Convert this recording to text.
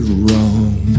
wrong